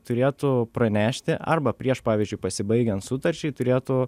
turėtų pranešti arba prieš pavyzdžiui pasibaigiant sutarčiai turėtų